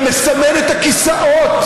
ומסמן את הכיסאות.